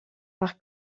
par